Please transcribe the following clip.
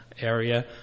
area